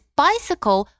bicycle